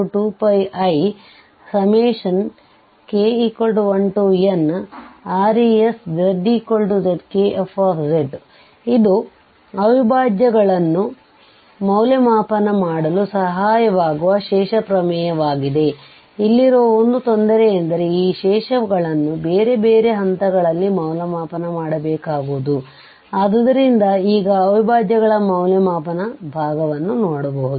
CfzdzC1fzdzC2fzdzCnfzdz2πik1nReszzkf ಇದು ಅವಿಭಾಜ್ಯಗಳನ್ನು ಮೌಲ್ಯಮಾಪನ ಮಾಡಲು ಸಹಾಯಕವಾಗುವ ಶೇಷ ಪ್ರಮೇಯವಾಗಿದೆ ಇಲ್ಲಿರುವ ಒಂದು ತೊಂದರೆ ಎಂದರೆ ಈ ಶೇಷಗಳನ್ನು ಬೇರೆ ಬೇರೆ ಹಂತಗಳಲ್ಲಿ ಮೌಲ್ಯಮಾಪನ ಮಾಡಬೇಕಾಗುವುದು ಆದ್ದರಿಂದ ಈಗ ಅವಿಭಾಜ್ಯಗಳ ಮೌಲ್ಯಮಾಪನ ಭಾಗವನ್ನು ನೋಡಬಹುದು